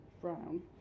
Brown